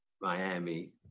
Miami